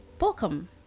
welcome